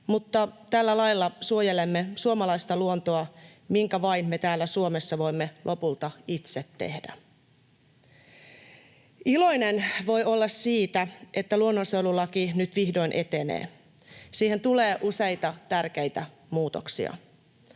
tällä lailla suojelemme suomalaista luontoa, minkä lopulta vain me täällä Suomessa itse voimme tehdä. Iloinen voi olla siitä, että luonnonsuojelulaki nyt vihdoin etenee. Siihen tulee useita tärkeitä muutoksia.